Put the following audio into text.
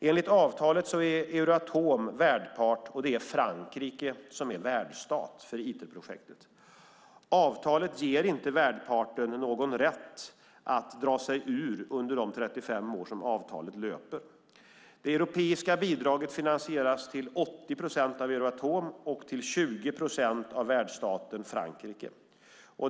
Enligt avtalet är Euratom värdpart, och det är Frankrike som är värdstat för Iterprojektet. Avtalet ger inte värdparten någon rätt att dra sig ur under de 35 år som avtalet löper. Det europeiska bidraget finansieras till 80 procent av Euratom och till 20 procent av värdstaten Frankrike.